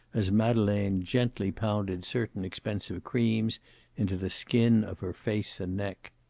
as madeleine gently pounded certain expensive creams into the skin of her face and neck.